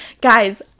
Guys